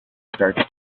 starts